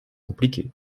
compliquée